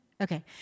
Okay